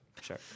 Sure